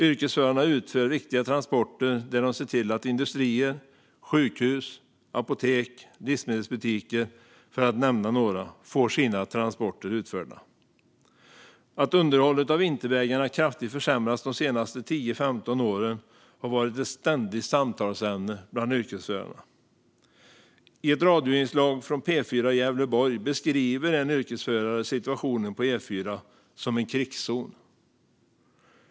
Yrkesförarna utför viktiga transporter där de ser till att industrier, sjukhus, apotek, livsmedelsbutiker, för att nämna några, får sina transporter utförda. Att underhållet av vintervägarna kraftigt försämrats de senaste tio, femton åren har varit ett ständigt samtalsämne bland yrkesförare. I ett radioinslag från P4 Gävleborg beskriver en yrkesförare situationen på E4 som en krigszon.